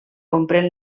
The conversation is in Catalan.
comprèn